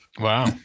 Wow